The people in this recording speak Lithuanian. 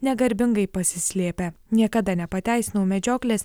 negarbingai pasislėpę niekada nepateisinau medžioklės